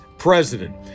president